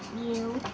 you.